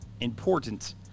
important